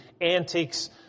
antics